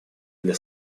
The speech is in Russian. для